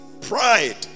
pride